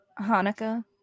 Hanukkah